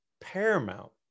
paramount